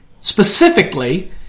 specifically